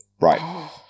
Right